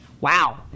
wow